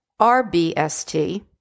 RBST